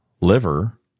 liver